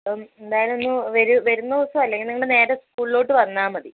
O എന്തായാലും ഒന്ന് വരൂ വരുന്ന ദിവസം അല്ലെങ്കിൽ നിങ്ങൾ നേരെ സ്കൂളിലോട്ട് വന്നാൽ മതി